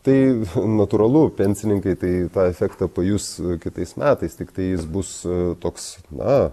tai natūralu pensininkai tai tą efektą pajus kitais metais tiktai jis bus toks na